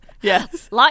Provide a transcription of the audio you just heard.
yes